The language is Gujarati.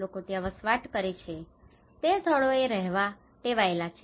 લોકો ત્યાં વસવાટ કરે છે તે સ્થળોએ રહેવા ટેવાયેલા છે